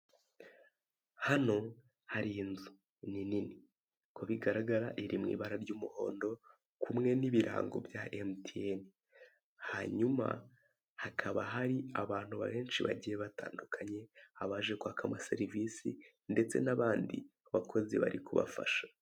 Hano hari inzu ni nini uko bigaragara iri mu ibara ry'umuhondo kumwe n'ibiarango bya emutiyeni hanyuma hakaba hari abantu benshi bagiye abatandukanye abaje kwaka amaserivisi ndetse n'abandi bakozi bari kubafasha.